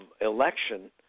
election